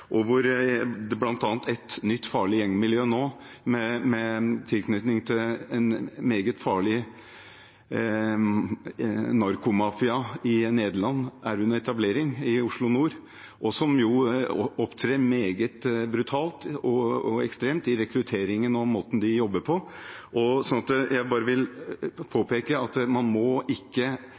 og hvor bl.a. et nytt, farlig gjengmiljø nå, med tilknytning til en meget farlig narkomafia i Nederland, er under etablering i Oslo nord. De opptrer meget brutalt og ekstremt i rekrutteringen og måten de jobber på. Så jeg vil bare påpeke at man må ikke